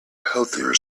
healthier